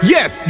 Yes